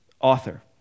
author